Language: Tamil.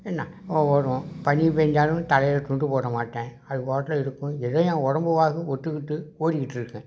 என்ன வரும் பனிப் பெஞ்சாலும் தலையில் துண்டு போட மாட்டேன் அதுப்பாட்டில் இருக்கும் ஏதோ என் உடம்பு வாக்கு ஒத்துக்கிட்டு ஓடிகிட்டு இருக்கேன்